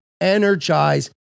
energize